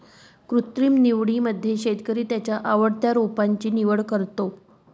कृत्रिम निवडीमध्ये शेतकरी त्याच्या आवडत्या रोपांची निवड करतो